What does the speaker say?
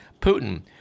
Putin